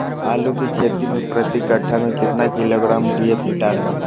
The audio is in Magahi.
आलू की खेती मे प्रति कट्ठा में कितना किलोग्राम डी.ए.पी डाले?